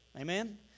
Amen